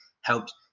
helped